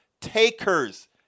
takers